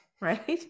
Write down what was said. right